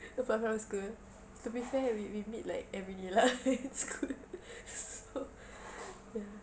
apart from school to be fair we we meet like everyday lah in school so ya